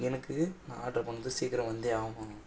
எனக்கு நான் ஆர்ட்ரு பண்ணது சீக்கிரம் வந்தே ஆகணும்